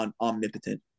omnipotent